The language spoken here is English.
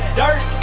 dirt